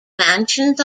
mansions